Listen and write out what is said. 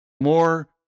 more